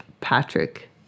Patrick